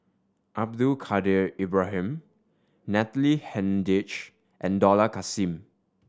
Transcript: Abdul Kadir Ibrahim Natalie Hennedige and Dollah Kassim